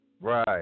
Right